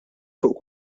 fuq